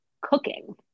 cooking